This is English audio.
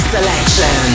Selection